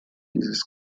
dieses